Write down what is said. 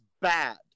bad